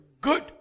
Good